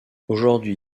aujourd’hui